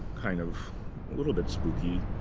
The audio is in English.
kind of little bit spooky.